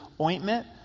ointment